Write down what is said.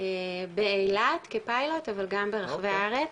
באילת כפיילוט אבל גם ברחבי הארץ,